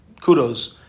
kudos